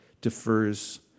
defers